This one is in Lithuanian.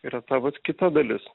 yra ta vat kita dalis